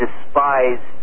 despise